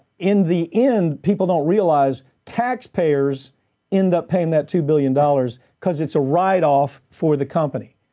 in the end, people don't realize taxpayers end up paying that two billion dollars because it's a write off for the company.